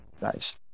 guys